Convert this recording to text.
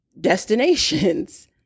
destinations